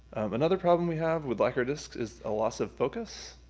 another problem we have with lacquer discs is a loss of focus.